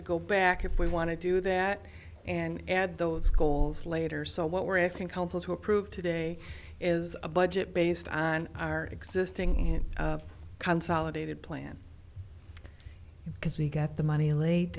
to go back if we want to do that and add those goals later so what we're asking council to approve today is a budget based on our existing it consolidated plan because we get the money late